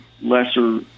lesser